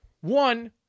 One